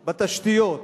בתשתיות,